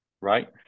right